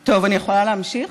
טוב, אני יכולה להמשיך?